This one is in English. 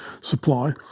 supply